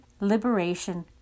liberation